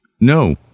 No